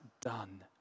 done